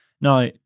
now